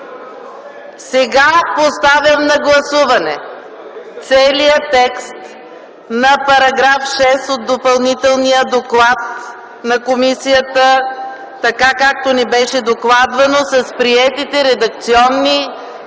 Сега поставям на гласуване целия текст на § 6 от Допълнителния доклад на комисията така, както ни беше докладван с приетите редакционни предложения